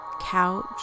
couch